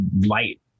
light